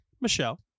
Michelle